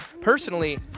Personally